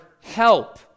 help